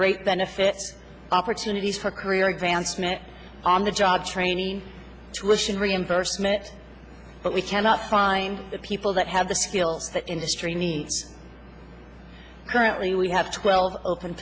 great benefit opportunities for career advancement on the job training to rishon reimbursement but we cannot find the people that have the skills the industry needs currently we have twelve open